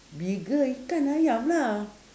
bigger ikan ayam lah